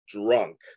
drunk